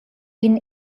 been